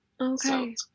Okay